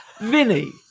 Vinny